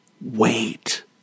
wait